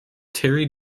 terry